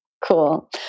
Cool